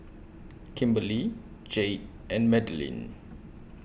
Kimberlie Jayde and Madilynn